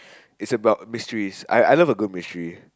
is about mysteries I I love a good mystery